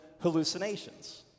hallucinations